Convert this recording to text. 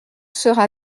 sera